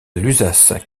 lusace